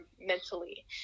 mentally